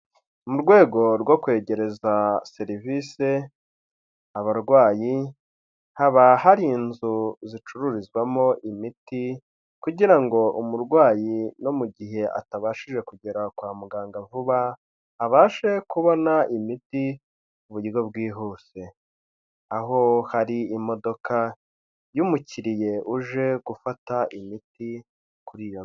Mu rwego rwo kwegereza serivise abarwayi haba hari inzu zicururizwamo imiti kugira ngo umurwayi no mu gihe atabashije kugera kwa muganga vuba abashe kubona imiti mu buryo bwihuse aho hari imodoka y'umukiriye uje gufata imiti kuri iyo nzu.